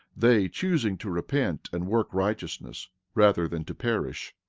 they choosing to repent and work righteousness rather than to perish